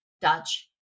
Dutch